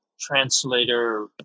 translator